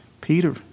Peter